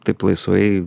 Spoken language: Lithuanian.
taip laisvai